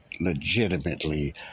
legitimately